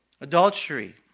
Adultery